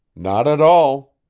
not at all,